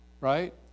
Right